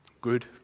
Good